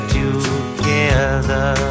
together